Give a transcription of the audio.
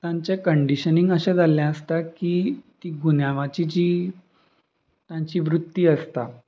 तांचे कंडिशनींग अशें जाल्लें आसता की ती गुन्यांवाची जी तांची वृत्ती आसता